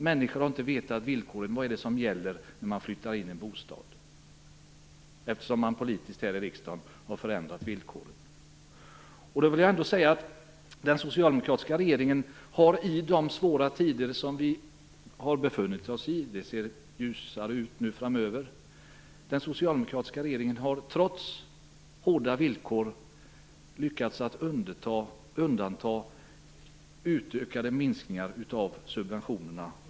Människorna har inte vetat villkoren. De har inte vetat vad som gällt när de flyttat in i en bostad, eftersom vi har förändrat villkoren politiskt här i riksdagen. Den socialdemokratiska regeringen har, trots de svåra tiderna - de ser ljusare ut framöver - och trots hårda villkor lyckats att låta bli att utöka minskningarna av subventionerna.